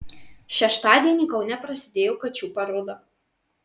šeštadienį kaune prasidėjo kačių paroda